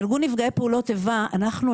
אנחנו,